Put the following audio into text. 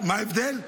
מה ההבדל?